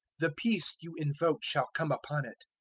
the peace you invoke shall come upon it.